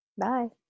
bye